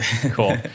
Cool